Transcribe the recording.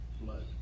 blood